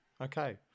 okay